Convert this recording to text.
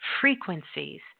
frequencies